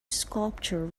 sculpture